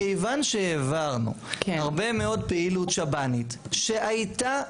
מכיוון שהעברנו הרבה מאוד פעילות שב"נית שהייתה,